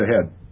ahead